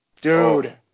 Dude